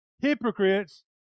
hypocrites